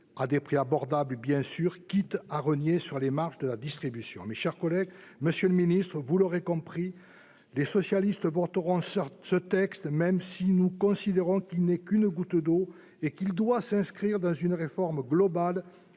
à des prix abordables, quitte à rogner sur les marges de la distribution. Monsieur le ministre, mes chers collègues, vous l'aurez compris, les socialistes voteront ce texte, même si nous considérons qu'il n'est qu'une goutte d'eau. Il doit s'inscrire dans une réforme globale